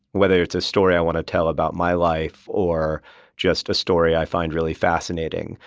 whether it's a story i want to tell about my life or just a story i find really fascinating.